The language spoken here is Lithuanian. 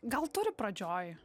gal turi pradžioj